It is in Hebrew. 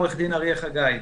עו"ד אריה חגי.